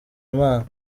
imana